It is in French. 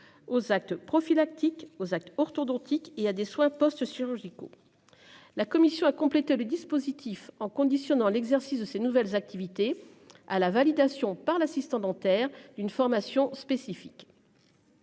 aux actes prophylactique aux actes orthodontiques et à des soins post-chirurgicaux. La commission a complété le dispositif en conditionnant l'exercice de ses nouvelles activités à la validation par l'assistante dentaire d'une formation spécifique.